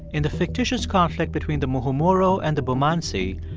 in the fictitious conflict between the muhumuro and the bumanzi,